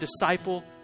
disciple